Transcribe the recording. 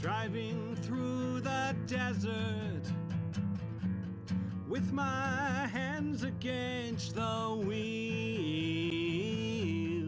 driving through the desert with my hands